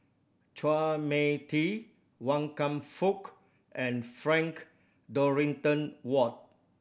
Chua Mia Tee Wan Kam Fook and Frank Dorrington Ward